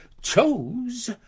chose